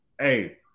Hey